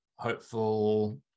Hopeful